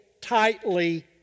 tightly